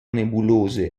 nebulose